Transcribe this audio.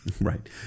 Right